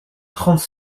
trente